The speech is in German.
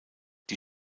die